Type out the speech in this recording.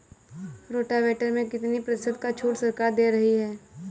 Rotavator में कितनी प्रतिशत का छूट सरकार दे रही है?